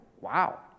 wow